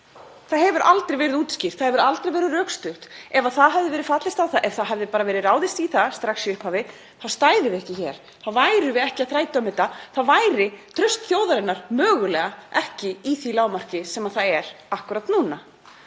Það hefur aldrei verið útskýrt. Það hefur aldrei verið rökstutt. Ef það hefði verið fallist á það, ef það hefði bara verið ráðist í það strax í upphafi þá stæðum við ekki hér. Þá værum við ekki að þræta um þetta. Þá væri traust þjóðarinnar mögulega ekki í því lágmarki sem það er akkúrat núna.